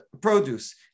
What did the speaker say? produce